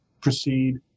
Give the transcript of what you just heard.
proceed